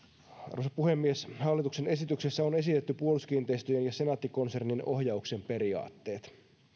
arvoisa puhemies hallituksen esityksessä on esitetty puolustuskiinteistöjen ja senaatti konsernin ohjauksen periaatteet